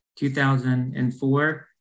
2004